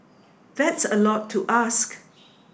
that's a lot to ask